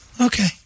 Okay